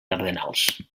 cardenals